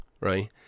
right